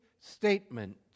statement